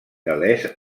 gal·lès